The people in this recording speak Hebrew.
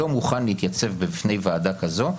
שלא מוכן להתייצב בפני ועדה כזאת,